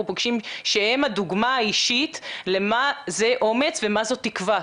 פוגשים שהם הדוגמה האישית למה זה אומץ ומה זו תקווה.